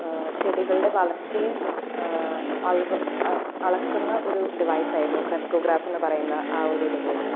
ചെടികളുടെ വളർച്ചയെ അഴുവ അളക്കുന്ന ഒരു ഡിവൈസ് ആയിരുന്നു ക്രക്സോഗ്രാഫ് എന്നുപറയുന്ന ആ ഒരു ഡിവൈസ്